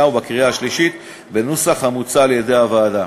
ובקריאה השלישית בהצעת החוק בנוסח המוצע על-ידי הוועדה.